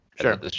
Sure